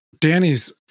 Danny's